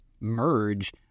merge